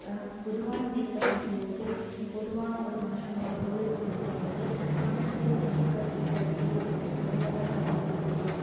பொதுவான விஷயத்தை பேசும் போது பொதுவான ஒரு மனுஷங்களோடய கோரிக்கையை வைக்கும் போது தமிழ் பேசுற மக்கள் கேட்கற கேள்விக்கு தமிழில் தான் விளக்கம் கொடுக்க முடியும்